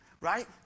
right